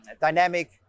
dynamic